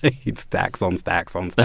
and stacks on stacks on so